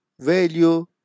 value